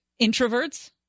Introverts